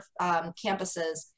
campuses